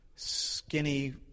Skinny